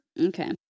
okay